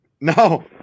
No